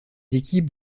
équipes